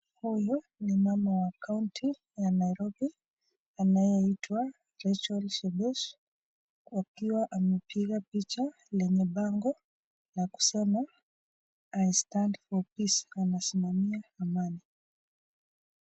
Huyu ni mama wa kaunti ya Nairobi anayeitwa Rachel Shebesh, akiwa amepiga picha lenye bango la kusema I stand for peace anasimamia amani.